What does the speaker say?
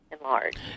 enlarged